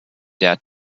der